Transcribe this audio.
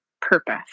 purpose